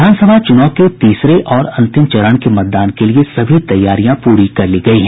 विधानसभा चूनाव के तीसरे और अंतिम चरण के मतदान के लिए सभी तैयारियां पूरी कर ली गयी हैं